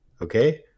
Okay